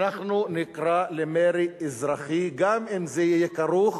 אנחנו נקרא למרי אזרחי, גם אם זה יהיה כרוך